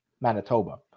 Manitoba